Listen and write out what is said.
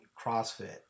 crossfit